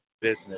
business